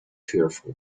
fearful